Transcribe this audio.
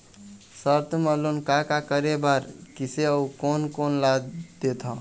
Sir तुमन loan का का करें बर, किसे अउ कोन कोन ला देथों?